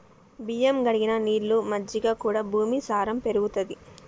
బియ్యం కడిగిన నీళ్లు, మజ్జిగ కూడా భూమి సారం పెరుగుతది